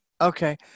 Okay